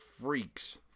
freaks